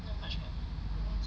not much worth it